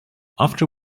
after